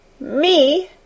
Me